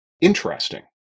interesting